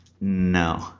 no